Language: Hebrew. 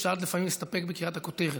אפשר לפעמים להסתפק בקריאת הכותרת,